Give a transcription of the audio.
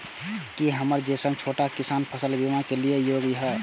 की हमर जैसन छोटा किसान फसल बीमा के लिये योग्य हय?